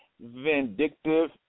vindictive